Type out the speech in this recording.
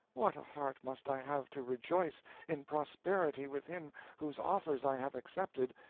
what a heart must i have to rejoice in prosperity with him whose offers i have accepted,